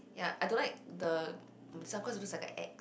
ya I don't like the this one because it looks like a X